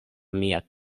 mia